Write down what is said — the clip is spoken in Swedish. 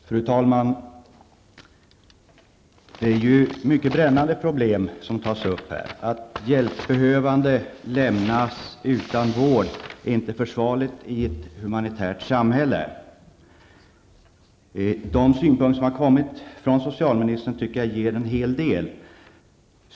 Fru talman! Det är mycket brännande problem som tas upp här. Att hjälpbehövande lämnas utan vård är inte försvarligt i ett humanitärt samhälle. De synpunkter som har kommit från socialministern tycker jag ger en hel del.